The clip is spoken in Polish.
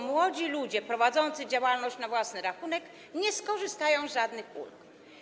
Młodzi ludzie, którzy prowadzą działalność na własny rachunek, nie skorzystają z żadnych ulg.